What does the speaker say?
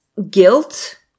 Guilt